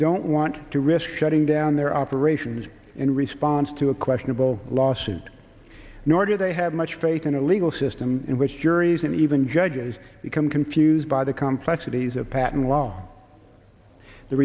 don't want to risk shutting down their operations in response to a questionable lawsuit nor do they have much faith in a legal system in which juries and even judges become confused by the complexities of patent law the